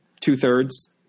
two-thirds